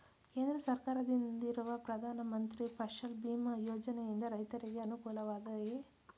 ಕೇಂದ್ರ ಸರ್ಕಾರದಿಂದಿರುವ ಪ್ರಧಾನ ಮಂತ್ರಿ ಫಸಲ್ ಭೀಮ್ ಯೋಜನೆಯಿಂದ ರೈತರಿಗೆ ಅನುಕೂಲವಾಗಿದೆಯೇ?